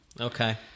Okay